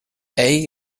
ell